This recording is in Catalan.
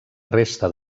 resta